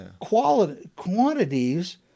quantities